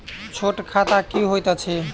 छोट खाता की होइत अछि